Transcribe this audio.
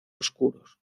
oscuros